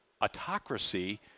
autocracy